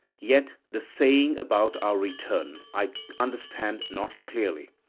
yet the saying about our return i understand not clearly.